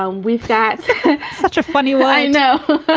um we've got such a funny way. i know